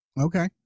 Okay